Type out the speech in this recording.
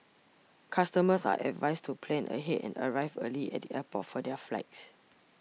customers are advised to plan ahead and arrive early at the airport for their flights